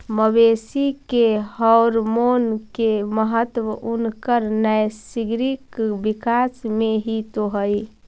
मवेशी के हॉरमोन के महत्त्व उनकर नैसर्गिक विकास में हीं तो हई